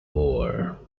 war